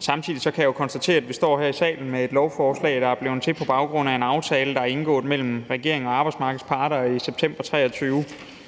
Samtidig kan jeg konstatere, at vi står her i salen med et lovforslag, der er blevet til på baggrund af en aftale, der er indgået mellem regeringen og arbejdsmarkedets parter i september 2023,